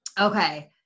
okay